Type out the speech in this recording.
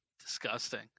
disgusting